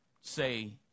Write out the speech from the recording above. say